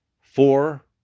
four